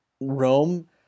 Rome